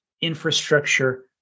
infrastructure